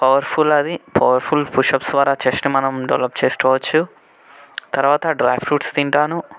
powerful అది powerful pushups ద్వారా chest మనం డెవలప్ చేసుకోవచ్చు తరువాత డ్రై ఫ్రూట్స్ తింటాను